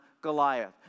Goliath